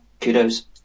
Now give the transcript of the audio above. kudos